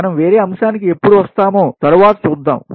మనం వేరే అంశానికి ఎప్పుడు వస్తామో తరువాత చూద్దాం